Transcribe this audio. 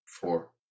four